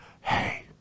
hey